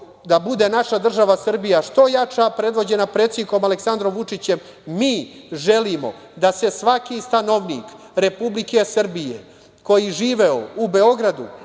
da bude naša država Srbija što jača, predvođena predsednikom Aleksandrom Vučićem, mi želimo da se svaki stanovnik Republike Srbije, koji je živeo u Beogradu,